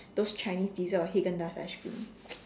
those Chinese dessert or Haagen-Dazs ice cream